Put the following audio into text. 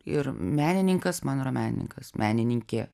ir menininkas man yra menininkas menininkė